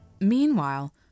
Meanwhile